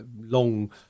long